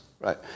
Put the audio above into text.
right